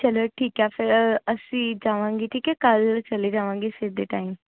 ਚਲੋ ਠੀਕ ਹੈ ਫਿਰ ਅਸੀਂ ਜਾਵਾਂਗੇ ਠੀਕ ਹੈ ਕੱਲ੍ਹ ਚਲੇ ਜਾਵਾਂਗੇ ਸਵੇਰ ਦੇ ਟਾਈਮ